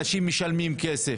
אנשים משלמים כסף.